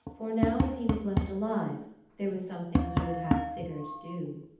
for now that he was left alive there was something he would have sigurd do.